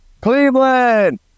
Cleveland